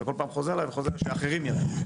אתה כל פעם חוזר ואומר שאחרים יקצו.